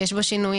שיש בו שינויים.